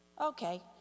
Okay